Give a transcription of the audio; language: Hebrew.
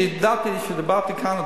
כשדיברתי כאן,